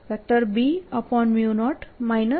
તેથી HinsideB0 M થશે